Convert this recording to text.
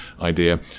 idea